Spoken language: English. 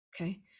Okay